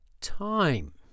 time